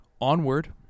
Onward